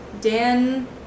Dan